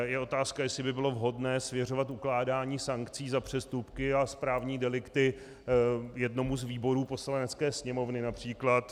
Je otázka, jestli by bylo vhodné svěřovat ukládání sankcí za přestupky a správní delikty jednomu z výborů Poslanecké sněmovny, například.